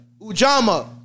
Ujama